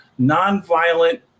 Nonviolent